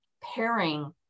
pairing